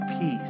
peace